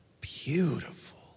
beautiful